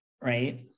right